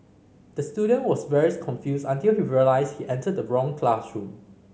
the student was very confused until he realised he entered the wrong classroom